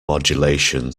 modulation